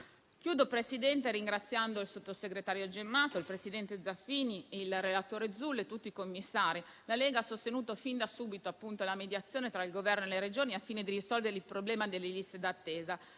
Chiudo, Presidente, ringraziando il sottosegretario Gemmato, il presidente Zaffini, il relatore Zullo e tutti i commissari. La Lega ha sostenuto fin da subito la mediazione tra il Governo e le Regioni, al fine di risolvere il problema delle liste d'attesa,